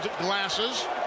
glasses